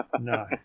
No